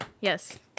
yes